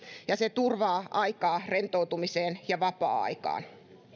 ja se turvaa aikaa rentoutumiseen ja vapaa aikaan